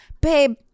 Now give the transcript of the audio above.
Babe